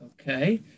Okay